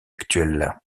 actuelles